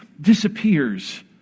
disappears